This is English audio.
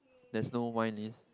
there's no wine list